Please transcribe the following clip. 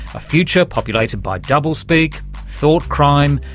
a future populated by doublespeak, thought-crime,